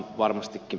tuossa ed